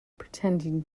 pretending